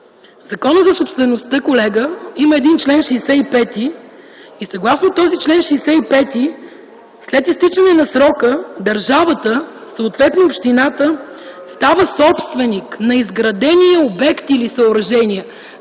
Закон за собствеността, колега, има един чл. 65, съгласно който след изтичане на срока, държавата, съответно общината става собственик на изградения обект или съоръжение.